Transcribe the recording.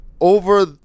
Over